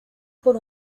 por